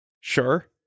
Sure